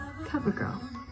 CoverGirl